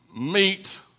meet